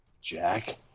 jack